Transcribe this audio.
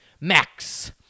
Max